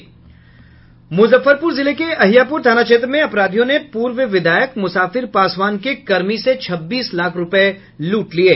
मुजफ्फरपुर जिले के अहियापुर थाना क्षेत्र में अपराधियों ने पूर्व विधायक मुसाफिर पासवान के कर्मी से छब्बीस लाख रुपये लूट लिये